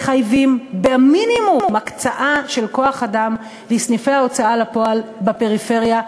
מחייבים במינימום הקצאה של כוח-אדם לסניפי ההוצאה לפועל בפריפריה,